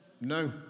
no